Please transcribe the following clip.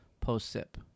post-sip